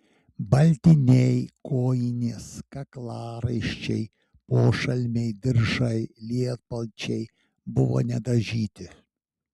baltiniai kojinės kaklaraiščiai pošalmiai diržai lietpalčiai buvo nedažyti